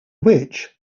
which